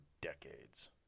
decades